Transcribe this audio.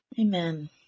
Amen